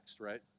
right